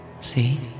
See